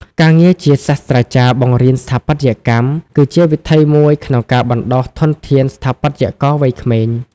ការងារជាសាស្ត្រាចារ្យបង្រៀនស្ថាបត្យកម្ម គឺជាវិថីមួយក្នុងការបណ្ដុះធនធានស្ថាបត្យករវ័យក្មេង។